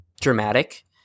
dramatic